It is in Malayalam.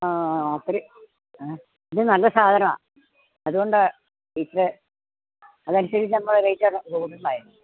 ആ അസ്സൽ ഏ ഇത് നല്ല സാധനമാണ് അതുകൊണ്ടാണ് പൈസ അത് അനുസരിച്ചു നമ്മൾ റേറ്റങ്ങ് കൂട്ടണ്ടായൊ